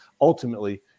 ultimately